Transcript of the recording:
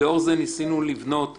ניסינו לבנות מערכת,